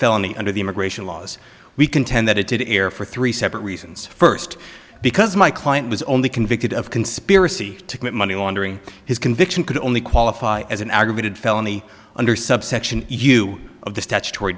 felony under the immigration laws we contend that it did air for three separate reasons first because my client was only convicted of conspiracy to commit money laundering his conviction could only qualify as an aggravated felony under subsection you of the statutory